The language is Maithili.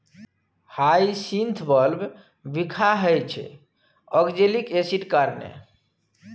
हाइसिंथ बल्ब बिखाह होइ छै आक्जेलिक एसिडक कारणेँ